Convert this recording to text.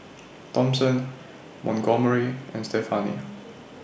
Thompson Montgomery and Stephani